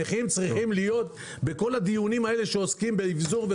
הנכים צריכים להיות בכל הדיונים שעוסקים באבזור.